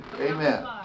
Amen